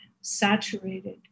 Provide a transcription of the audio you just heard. saturated